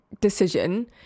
decision